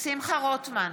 שמחה רוטמן,